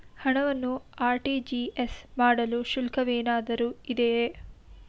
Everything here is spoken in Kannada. ಹಣವನ್ನು ಆರ್.ಟಿ.ಜಿ.ಎಸ್ ಮಾಡಲು ಶುಲ್ಕವೇನಾದರೂ ಇದೆಯೇ?